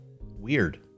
Weird